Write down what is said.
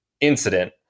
incident